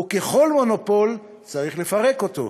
וככל מונופול, צריך לפרק אותו".